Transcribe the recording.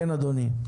אדוני.